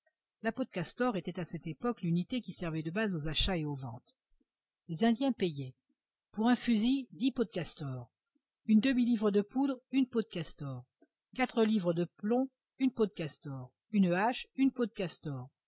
la peau de castor était à cette époque l'unité qui servait de base aux achats et aux ventes les indiens payaient pour un fusil peaux de castor une demi-livre de poudre une peau de castor quatre livres de plomb peau de castor une hache peau de castor